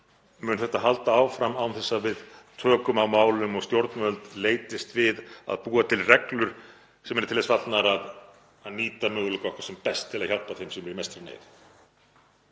mun þetta halda áfram án þess að við tökum á málum og stjórnvöld leitist við að búa til reglur sem eru til þess fallnar að nýta möguleika okkar sem best til að hjálpa þeim sem eru í mestri neyð?